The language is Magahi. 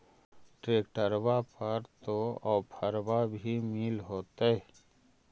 ट्रैक्टरबा पर तो ओफ्फरबा भी मिल होतै?